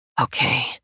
Okay